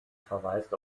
verweist